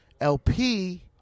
LP